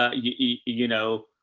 ah you know,